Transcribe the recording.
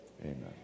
Amen